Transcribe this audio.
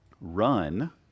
run